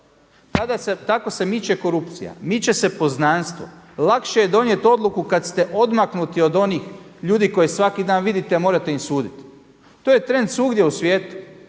mjesta. Tako se miče korupcija, miče se poznanstvo. Lakše je donijeti odluku kad ste odmaknuti od onih ljudi koje svaki dan vidite a morate im suditi. To je trend svugdje u svijetu.